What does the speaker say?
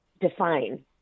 define